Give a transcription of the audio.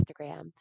Instagram